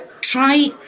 Try